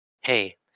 Hey